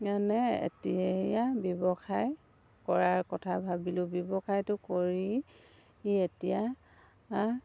মানে এতিয়া ব্যৱসায় কৰাৰ কথা ভাবিলোঁ ব্যৱসায়টো কৰি এতিয়া